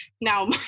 Now